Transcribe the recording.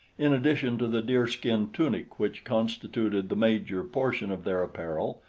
in addition to the deer-skin tunic which constituted the major portion of their apparel,